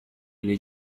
اینه